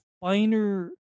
finer